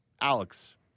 Alex